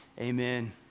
amen